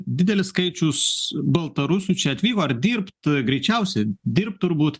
didelis skaičius baltarusių čia atvyko ar dirbt greičiausiai dirbtų turbūt